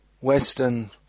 Western